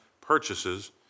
purchases